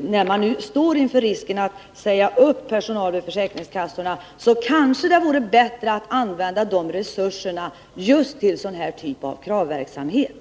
när man nu står inför risken att behöva säga upp personal vid försäkringskassorna vore det kanske bättre att använda de resurserna just till den här typen av kravverksamhet.